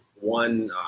one